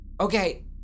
Okay